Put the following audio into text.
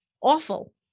awful